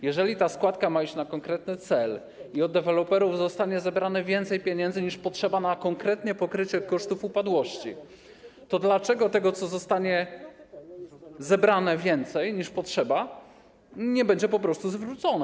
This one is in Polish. Jeżeli ta składka ma iść na konkretny cel i od deweloperów zostanie zebrane więcej pieniędzy, niż potrzeba konkretnie na pokrycie kosztów upadłości, to dlaczego to, co zostanie zebrane w kwocie większej, niż potrzeba, nie będzie po prostu zwrócone?